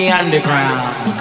underground